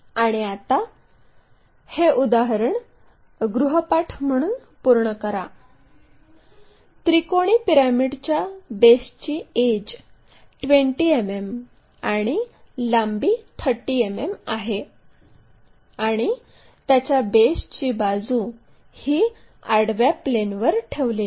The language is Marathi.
आणि आता हे उदाहरण गृहपाठ म्हणून पूर्ण करा त्रिकोणी पिरॅमिडच्या बेसची एड्ज 20 मिमी आणि लांबी 30 मिमी आहे आणि त्याच्या बेसची बाजू ही आडव्या प्लेनवर ठेवलेली आहे